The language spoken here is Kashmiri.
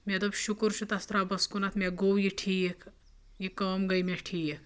مےٚ دوٚپ شُکر چھُ تَس رۄبَس کُنَتھ مےٚ گوٚو یہِ ٹھیٖک یہِ کٲم گٔیے مےٚ ٹھیٖک